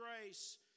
grace